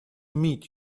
meet